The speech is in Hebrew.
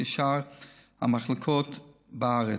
כשאר המחלקות בארץ.